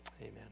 amen